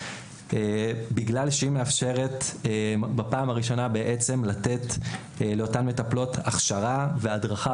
בגלל שהיא מאפשרת בפעם הראשונה בעצם לתת לאותן מטפלות הכשרה והדרכה